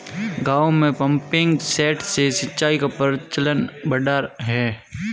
गाँवों में pumping set से सिंचाई का प्रचलन बढ़ा है